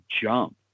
jump